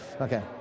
Okay